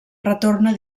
retorna